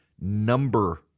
number